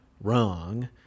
wrong